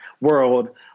world